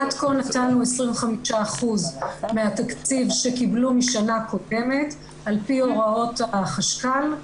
עד כה נתנו 25% מהתקציב שקיבלו בשנה קודמת על פי הוראות החשכ"ל.